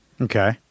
Okay